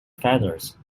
feathers